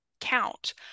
count